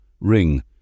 ring